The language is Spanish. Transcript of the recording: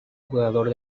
jugador